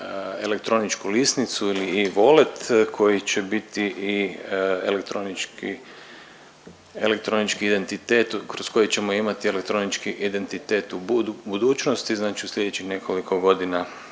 elektroničku lisnicu ili e-volet koji će biti i elektronički, elektronički identitet kroz koji ćemo imati elektronički identitet u budućnosti znači u slijedećih nekoliko godina